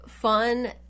Fun